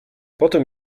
potem